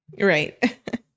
Right